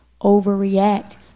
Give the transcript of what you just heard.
overreact